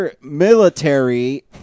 military